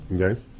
Okay